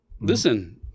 Listen